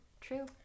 true